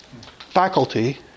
faculty